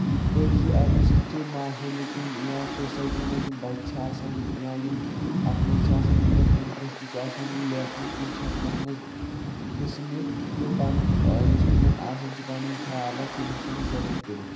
یِتھ پٲٹھۍ زِ اَمہِ سۭتۍ چھِ ماحولِکۍ یِم یا سوسیاٹی منٛز یِم بچہِ چھِ آسان یا یِم اتھ منٛز چھِ آسان یِمن اِنٛٹرسٹ چھُ آسان لٮ۪کھنُک تِم چھِ ہٮ۪کن اتھ منٛز حِصہٕ نِتھ تہٕ پنُن یُس تِمن آسان چھِ پنٕنۍ خیالات تِم ہٮ۪کن نہٕ ظٲہر کٔرِتھ